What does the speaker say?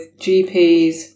GPs